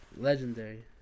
Legendary